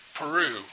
Peru